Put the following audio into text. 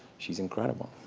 she's incredible,